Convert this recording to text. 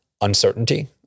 uncertainty